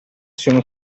sono